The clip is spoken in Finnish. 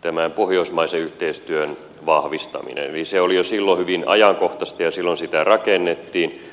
tämä pohjoismaisen yhteistyön vahvistaminen eli se oli jo silloin hyvin ajankohtaista ja silloin sitä rakennettiin